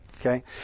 Okay